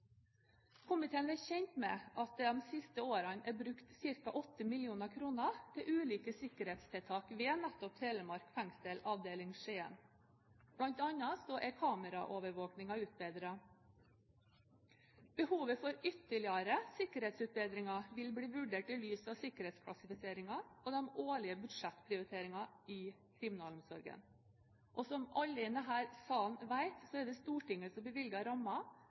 Komiteen er kjent med at det de siste årene er brukt ca. 8 mill. kr til ulike sikkerhetstiltak ved nettopp Telemark fengsel, Skien avdeling. Blant annet er kameraovervåkningen utbedret. Behovet for ytterligere sikkerhetsutbedringer vil bli vurdert i lys av sikkerhetsklassifiseringen, og de årlige budsjettprioriteringene i kriminalomsorgen. Som alle i denne sal vet, er det Stortinget som bevilger